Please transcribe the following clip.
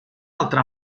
altra